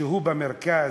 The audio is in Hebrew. כשהוא במרכז,